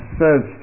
says